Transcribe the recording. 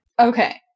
Okay